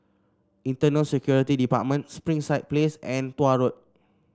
Internal Security Department Springside Place and Tuah Road